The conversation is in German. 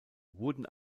wurden